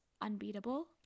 unbeatable